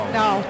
no